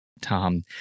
Tom